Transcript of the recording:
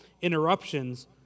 interruptions